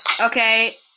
Okay